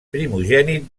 primogènit